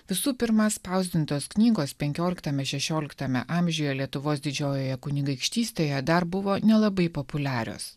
visų pirma spausdintos knygos penkioliktame šešioliktame amžiuje lietuvos didžiojoje kunigaikštystėje dar buvo nelabai populiarios